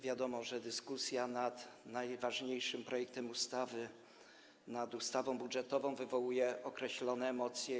Wiadomo, że dyskusja nad najważniejszym projektem ustawy, nad ustawą budżetową, wywołuje określone emocje.